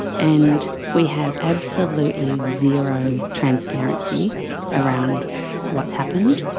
and we have absolutely zero transparency around what's happened.